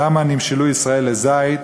למה נמשלו ישראל לזית,